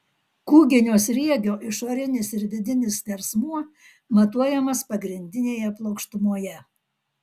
kūginio sriegio išorinis ir vidinis skersmuo matuojamas pagrindinėje plokštumoje